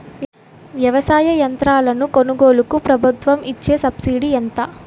వ్యవసాయ యంత్రాలను కొనుగోలుకు ప్రభుత్వం ఇచ్చే సబ్సిడీ ఎంత?